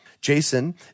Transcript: Jason